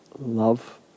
love